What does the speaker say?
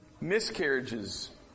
miscarriages